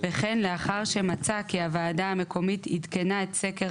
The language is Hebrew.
וכן לאחר שמצא כי הוועדה המקומית עדכנה את סקר